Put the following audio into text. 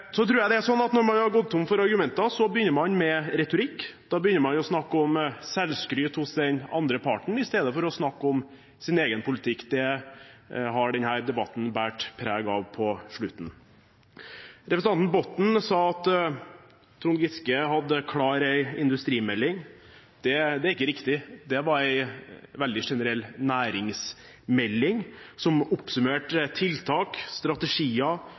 så det kan ikke stemme. Jeg tror det er sånn at når man har gått tom for argumenter, begynner man med retorikk. Da begynner man å snakke om selvskryt hos den andre parten istedenfor å snakke om sin egen politikk. Det har denne debatten båret preg av på slutten. Representanten Botten sa at Trond Giske hadde klar en industrimelding. Det er ikke riktig. Det var en veldig generell næringsmelding, som oppsummerte tiltak, strategier,